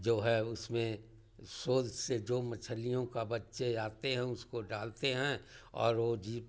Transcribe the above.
जो है उसमें सोल से जो मछलियों के बच्चे आते हैं उसको डालते हैं और वह जी